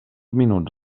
minuts